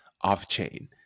off-chain